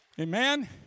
Amen